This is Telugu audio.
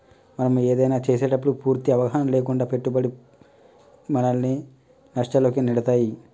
మనం ఏదైనా చేసేటప్పుడు పూర్తి అవగాహన లేకుండా పెట్టే పెట్టుబడి మనల్ని నష్టాల్లోకి నెడతాయి